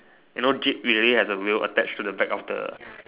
you know jeep usually have the wheel attach at the back of the